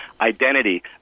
identity